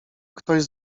ktoś